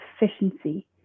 efficiency